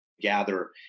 gather